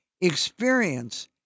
experience